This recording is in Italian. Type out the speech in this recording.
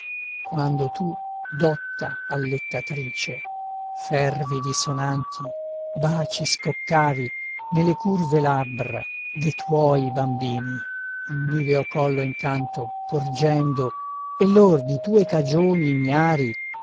quando tu dotta allettatrice fervidi sonanti baci scoccavi nelle curve labbra de tuoi bambini il niveo collo intanto porgendo e lor di tue cagioni ignari